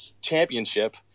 championship